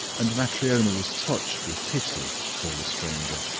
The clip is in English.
and matryona was touched with pity for the stranger,